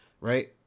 right